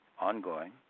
ongoing